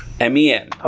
M-E-N